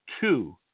two